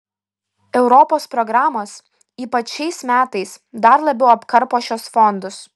europos programos ypač šiais metais dar labiau apkarpo šiuos fondus